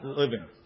living